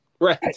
Right